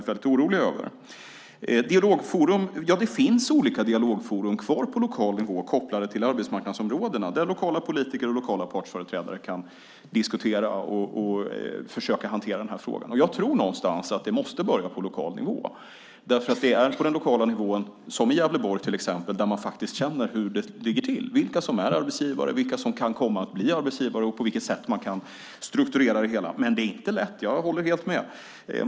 Beträffande dialogforum vill jag säga att det finns kvar olika dialogforum på lokal nivå kopplade till arbetsmarknadsområdena. Där kan lokala politiker och lokala partsföreträdare diskutera och försöka hantera dessa frågor. Jag tror att det måste börja på just lokal nivå, för det är på den lokala nivån, som i Gävleborg till exempel, som man vet hur det ligger till, vilka som är arbetsgivare, vilka som kan komma att bli det och på vilket sätt man kan strukturera det hela. Men det är inte lätt, det håller jag helt med om.